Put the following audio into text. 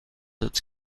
its